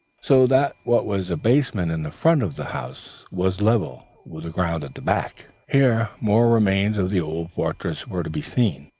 so that what was a basement in the front of the house was level with the ground at the back. here more remains of the old fortress were to be seen.